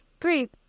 three